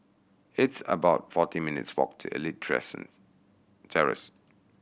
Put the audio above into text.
it's about forty minutes' walk to Elite Terrace